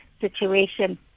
situation